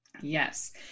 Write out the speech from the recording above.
Yes